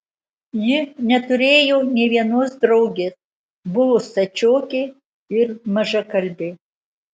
ji neturėjo nė vienos draugės buvo stačiokė ir mažakalbė